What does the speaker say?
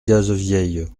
cazevieille